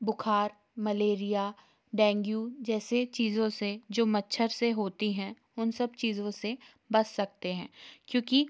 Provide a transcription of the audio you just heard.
बुख़ार malaria dengue जैसे चीज़ों से जो मच्छर से होती हैं उन सब चीज़ों से बच सकते हैं क्योंकि